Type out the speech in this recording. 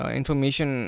information